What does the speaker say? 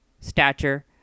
stature